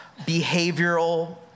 behavioral